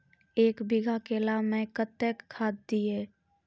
एक बीघा केला मैं कत्तेक खाद दिये?